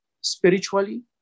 spiritually